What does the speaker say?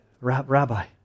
rabbi